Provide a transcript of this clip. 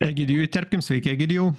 egidijų įterpkim sveiki egidijau